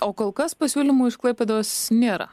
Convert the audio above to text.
o kol kas pasiūlymų iš klaipėdos nėra